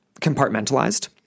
compartmentalized